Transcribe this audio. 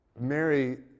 Mary